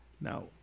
Now